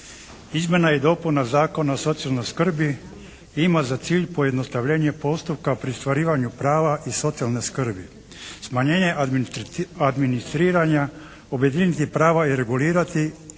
Izmjena i dopuna Zakona o socijalnoj skrbi ima za cilj pojednostavljenje postupka pri ostvarivanju prava iz socijalne skrbi, smanjenje administriranja, objediniti prava i regulirati ih na